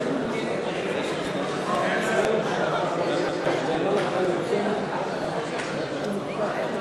רוצחים, אכזרים, משחררים מחבלים עם דם